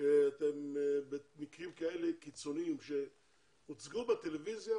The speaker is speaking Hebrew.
שבמקרים כאלה קיצוניים כפי שהוצגו בטלוויזיה,